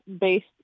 based